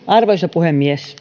arvoisa puhemies